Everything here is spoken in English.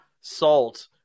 salt